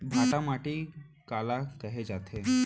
भांटा माटी काला कहे जाथे?